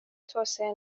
توسعه